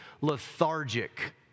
lethargic